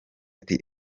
ati